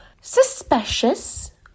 suspicious